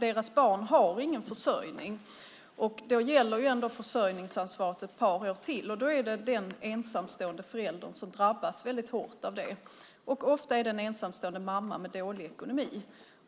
deras barn inte har någon försörjning. Då gäller försörjningsansvaret ett par år till, och en ensamstående förälder kan drabbas mycket hårt av det. Ofta är det en ensamstående mamma med dålig ekonomi.